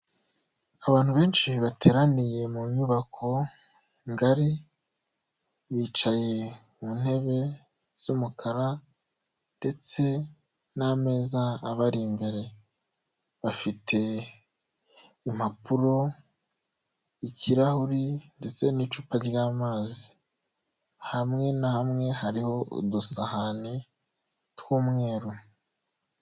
Abantu benshi bateraniye mu nyubako ngari, bicaye mu ntebe z'umukara ndetse n'ameza abari imbere. Bafite impapuro, ikirahuri ndetse n'icupa ry'amazi. Hamwe na hamwe, hariho udusahani tw'umweru.